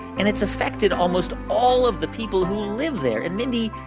and it's affected almost all of the people who live there. and mindy,